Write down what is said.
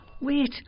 wait